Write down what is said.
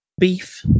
beef